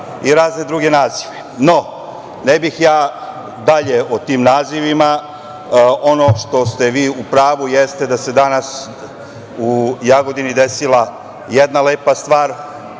i razne druge nazive. Ne bih ja dalje o tim nazivima. Ono što ste vi u pravu jeste da se danas u Jagodini desila jedna lepa stvar